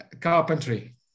carpentry